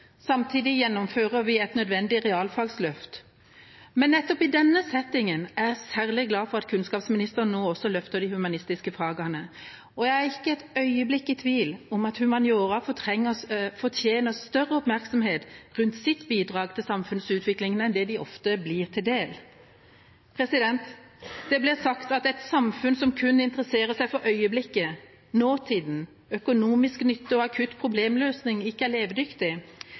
Samtidig gjennomfører vi et nødvendig realfagsløft. Men nettopp i denne settingen er jeg særlig glad for at kunnskapsministeren nå også løfter de humanistiske fagene. Og jeg er ikke et øyeblikk i tvil om at humaniora fortjener større oppmerksomhet rundt sitt bidrag til samfunnets utvikling enn det de ofte blir til del. Det blir sagt at et samfunn som kun interesserer seg for øyeblikket, nåtiden, økonomisk nytte og akutt problemløsning, ikke er levedyktig